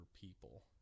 people